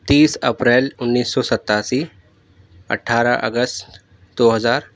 تیس اپریل انیس سو ستاسی اٹھارہ اگست دو ہزار